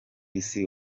isi